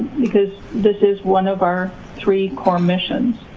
because this is one of our three core missions.